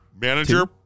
Manager